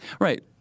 Right